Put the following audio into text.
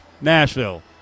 Nashville